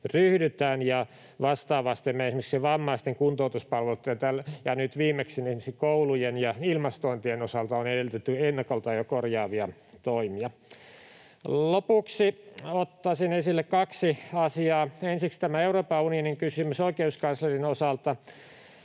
ryhdytään. Ja vastaavasti esimerkiksi vammaisten kuntoutuspalveluitten ja nyt viimeksi koulujen ilmastointien osalta on edellytetty jo ennakolta korjaavia toimia. Lopuksi ottaisin esille kaksi asiaa. Ensiksi tämä Euroopan unionin kysymys oikeuskanslerin osalta.